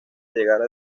llegara